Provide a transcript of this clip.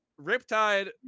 Riptide